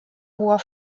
hoher